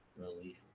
relief